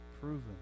proven